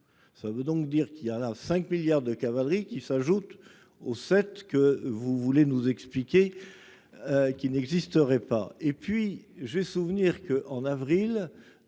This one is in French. Ça veut donc dire qu'il y a a 5 milliards de cavalerie qui s'ajoutent aux sept que vous voulez nous expliquer. Qu'il n'existerait pas et puis j'ai souvenir que en avril.